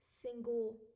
single